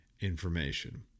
information